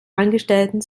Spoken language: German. angestellten